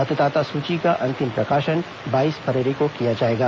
मतदाता सूची का अंतिम प्रकाशन बाईस फरवरी को किया जाएगा